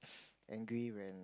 angry when